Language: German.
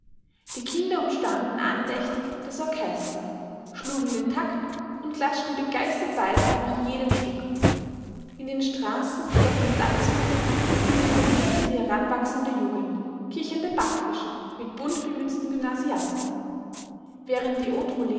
die kinder umstanden andächtig das orchester schlugen den takt und klatschten begeistert beifall nach jedem stück in den straßen die auf den platz mündeten zirkulierte die heranwachsende jugend kichernde backfische mit buntbemützten gymnasiasten während die